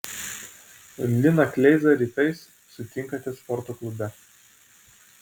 liną kleizą rytais sutinkate sporto klube